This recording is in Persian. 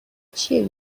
چیه